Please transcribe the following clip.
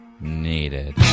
needed